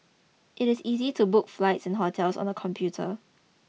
it is easy to book flights and hotels on the computer